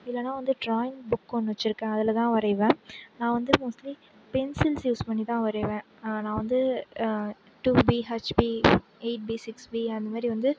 இல்லைன்னா வந்து drawing book ஒன்று வச்சிருக்கேன் அதில் தான் வரைவேன் நான் வந்து மோஸ்ட்லி பென்சில்ஸ் யூஸ் பண்ணி தான் வரைவேன் நான் வந்து two B H B eight B six B அந்தமாரி வந்து